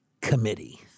committee